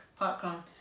Parkrun